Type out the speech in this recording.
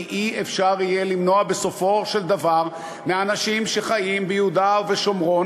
כי אי-אפשר יהיה למנוע בסופו של דבר מאנשים שחיים ביהודה ובשומרון,